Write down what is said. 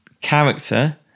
character